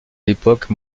l’époque